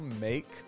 make